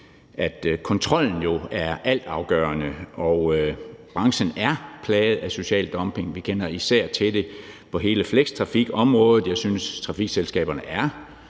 at kontrollen jo er altafgørende. Og branchen er plaget af social dumping; vi kender især til det på hele flextrafikområdet. Jeg synes, at trafikselskaberne er